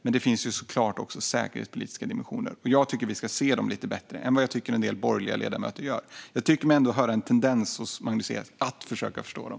Men det finns såklart också säkerhetspolitiska dimensioner, och jag tycker att vi ska se dem lite bättre än vad jag tycker att en del borgerliga ledamöter gör. Jag tycker mig ändå höra en tendens hos Magnus Ek att försöka förstå dem.